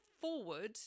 forward